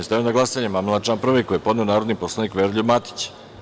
Stavljam na glasanje amandman na član 2. koji je podneo narodni poslanik Veroljub Matić.